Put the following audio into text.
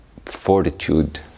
Fortitude